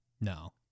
no